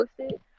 posted